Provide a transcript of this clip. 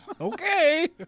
Okay